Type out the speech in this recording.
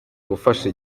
gufasha